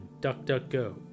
DuckDuckGo